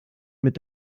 mit